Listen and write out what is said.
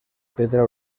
pedra